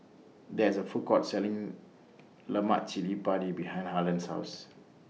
There IS A Food Court Selling Lemak Cili Padi behind Harlen's House